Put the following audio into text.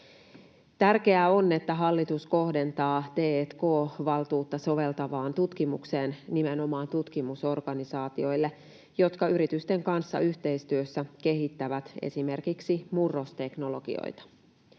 Tärkeää on, että hallitus kohdentaa t&k-valtuutta soveltavaan tutkimukseen, nimenomaan tutkimusorganisaatioille, jotka yritysten kanssa yhteistyössä kehittävät esimerkiksi murrosteknologioita.